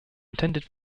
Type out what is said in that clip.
intended